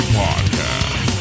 podcast